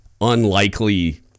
unlikely